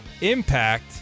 impact